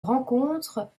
rencontrent